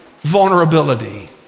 vulnerability